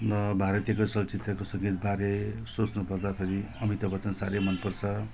म भारतीयको चलचित्रको सङ्गीतबारे सोच्नुपर्दाखेरि अमिताभ बच्चन साह्रै मनपर्छ